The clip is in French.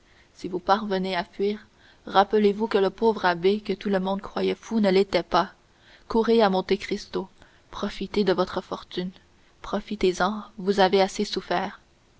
si vous parvenez à fuir rappelez-vous que le pauvre abbé que tout le monde croyait fou ne l'était pas courez à monte cristo profitez de notre fortune profitez-en vous avez assez souffert